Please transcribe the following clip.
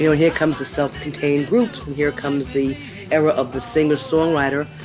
you know here comes the self contained groups. and here comes the error of the singer songwriter.